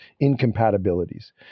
incompatibilities